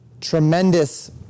tremendous